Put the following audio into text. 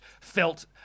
felt